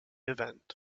event